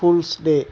fools day